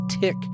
tick